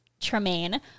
tremaine